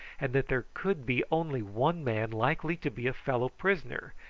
and that there could be only one man likely to be a fellow-prisoner,